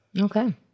okay